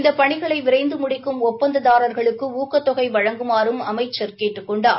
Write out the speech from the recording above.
இந்த பணிகளை விரைந்து முடிக்கும் ஒப்பந்ததாரர்களுக்கு ஊக்கத் தொலை வழங்குமாறும் அமைச்சர் கேட்டுக் கொண்டார்